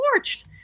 torched